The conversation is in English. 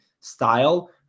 style